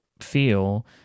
feel